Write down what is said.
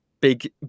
big